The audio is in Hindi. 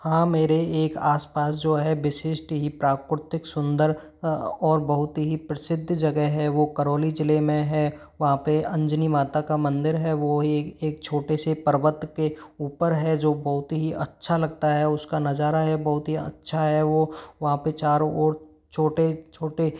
हाँ मेरे एक आस पास जो है विशिष्ट ही प्राकृतिक सुंदर और बहुत ही प्रसिद्ध जगह है वो करौली जिले में है वहाँ पर अंजनी माता का मंदिर है वो एक एक छोटे से पर्वत के ऊपर है जो बहुत ही अच्छा लगता है उसका नजारा है बहुत ही अच्छा है वो वहाँ पर चारों ओर छोटे छोटे